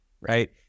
right